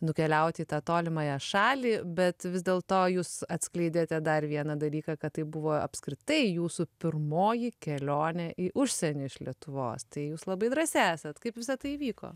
nukeliaut į tą tolimąją šalį bet vis dėlto jūs atskleidėte dar vieną dalyką kad tai buvo apskritai jūsų pirmoji kelionė į užsienį iš lietuvos tai jūs labai drąsi esat kaip visa tai įvyko